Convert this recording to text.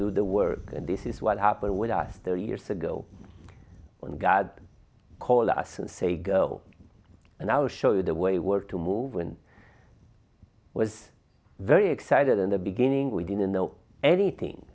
do the work and this is what happened with us thirty years ago when god called us and say go and i'll show you the way we were to move when i was very excited in the beginning we didn't know anything